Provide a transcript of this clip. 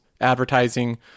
advertising